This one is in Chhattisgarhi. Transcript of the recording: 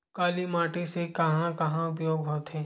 काली माटी के कहां कहा उपयोग होथे?